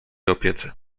opiece